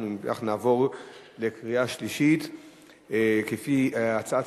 אנחנו נעבור לקריאה שלישית של ההצעה,